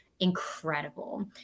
incredible